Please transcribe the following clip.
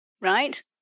right